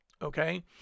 Okay